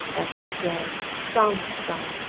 essays read, songs sung,